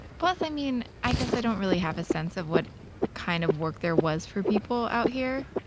plus i mean, i guess i don't really have a sense of what kind of work there was for people out here.